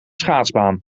schaatsbaan